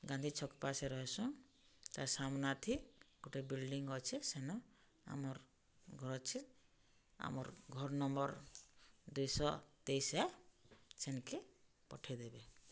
ଗାନ୍ଧୀ ଛକ୍ ପାସେ ରହେସୁଁ ତା ସାମନାଥି ଗୁଟେ ବିଲ୍ଡିଂ ଅଛେ ସେନ ଆମର୍ ଘର୍ ଅଛେ ଆମର୍ ଘର୍ ନମ୍ବର୍ ଦୁଇଶହ ତେଇଶ୍ ଏ ସେନ୍କେ ପଠେଇଦେବେ